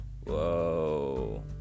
Whoa